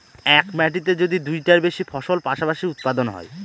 এক মাটিতে যদি দুইটার বেশি ফসল পাশাপাশি উৎপাদন হয়